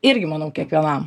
irgi manau kiekvienam